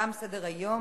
תם סדר-היום.